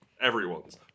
Everyone's